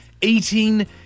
Eating